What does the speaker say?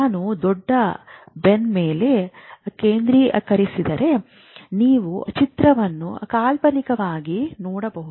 ನಾನು ದೊಡ್ಡ ಬೆನ್ ಮೇಲೆ ಕೇಂದ್ರೀಕರಿಸಿದರೆ ನೀವು ಚಿತ್ರವನ್ನು ಕಾಲ್ಪನಿಕವಾಗಿ ನೋಡಬಹುದು